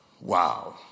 Wow